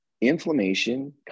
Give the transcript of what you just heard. Inflammation